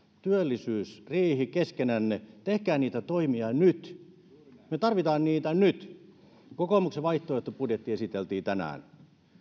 työllisyysriihi keskenänne tehkää niitä toimia nyt me tarvitsemme niitä nyt kokoomuksen vaihtoehtobudjetti esiteltiin tänään